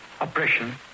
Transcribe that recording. oppression